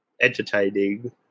entertaining